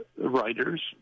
writers